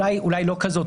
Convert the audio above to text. אולי לא כזאת,